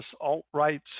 alt-right